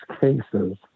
cases